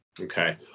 Okay